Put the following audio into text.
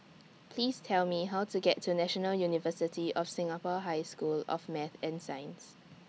Please Tell Me How to get to National University of Singapore High School of Math and Science